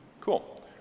Cool